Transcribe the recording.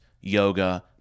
yoga